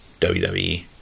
WWE